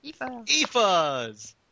Efas